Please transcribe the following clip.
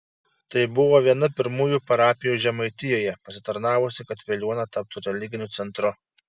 tai buvo viena pirmųjų parapijų žemaitijoje pasitarnavusi kad veliuona taptų religiniu centru